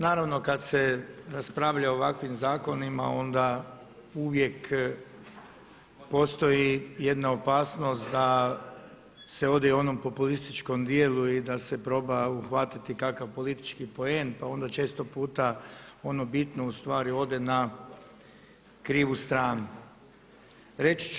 Naravno kad se raspravlja o ovakvim zakonima onda uvijek postoji jedna opasnost da se ode i u onom populističkom dijelu i da se proba uhvatiti kakav politički poen, pa onda često puta ono bitno u stvari ode na krivu stranu.